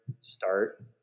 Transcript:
start